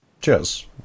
Cheers